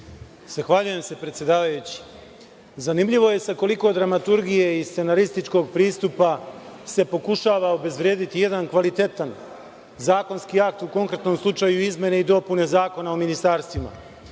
Zahvaljujem se, predsedavajući. Zanimljivo je sa koliko dramaturgije i scenarističkog pristupa se pokušava obezvrediti jedan kvalitetan zakonski akt, u konkretnom slučaju izmene i dopune Zakona o ministarstvima.